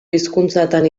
hizkuntzatan